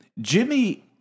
Jimmy